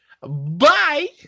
bye